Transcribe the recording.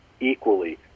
equally